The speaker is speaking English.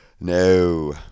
no